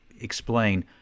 explain